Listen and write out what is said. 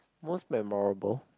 most memorable